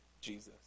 Jesus